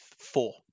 four